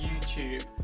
YouTube